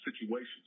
situations